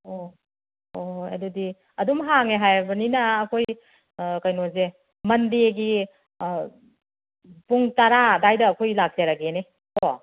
ꯑꯣ ꯑꯣ ꯑꯗꯨꯗꯤ ꯑꯗꯨꯝ ꯍꯥꯡꯉꯦ ꯍꯥꯏꯔꯕꯅꯤꯅ ꯑꯩꯈꯣꯏ ꯀꯩꯅꯣꯁꯦ ꯃꯟꯗꯦꯒꯤ ꯄꯨꯡ ꯇꯔꯥ ꯑꯗꯥꯏꯗ ꯑꯩꯈꯣꯏ ꯂꯥꯛꯆꯔꯒꯦꯅꯦ ꯀꯣ